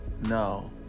no